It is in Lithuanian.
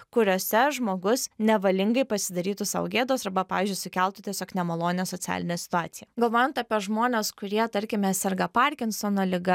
kuriose žmogus nevalingai pasidarytų sau gėdos arba pavyzdžiui sukeltų tiesiog nemalonią socialinę situaciją galvojant apie žmones kurie tarkime serga parkinsono liga